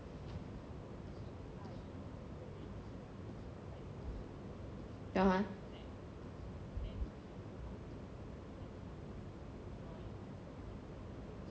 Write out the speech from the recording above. (uh huh)